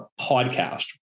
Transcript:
podcast